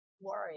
worry